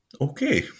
Okay